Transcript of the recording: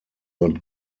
not